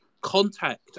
contact